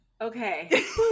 okay